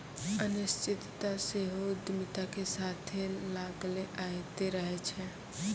अनिश्चितता सेहो उद्यमिता के साथे लागले अयतें रहै छै